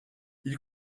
ils